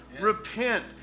Repent